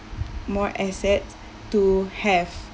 more asset to have